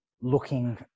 looking